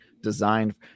designed